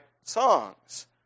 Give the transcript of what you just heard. songs